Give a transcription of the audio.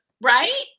Right